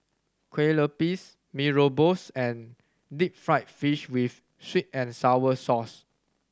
kue lupis Mee Rebus and deep fried fish with sweet and sour sauce